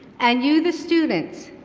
and you the students,